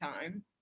time